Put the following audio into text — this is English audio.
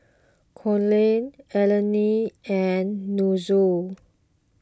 Konner Alani and Nunzio